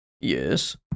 Yes